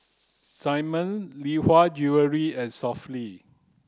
Simmon Lee Hwa Jewellery and Sofy